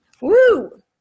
Woo